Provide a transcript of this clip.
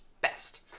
best